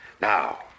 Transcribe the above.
Now